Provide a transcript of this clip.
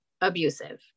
abusive